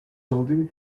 holding